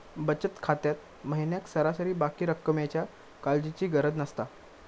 बचत खात्यात महिन्याक सरासरी बाकी रक्कमेच्या काळजीची गरज नसता